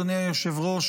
אדוני היושב-ראש,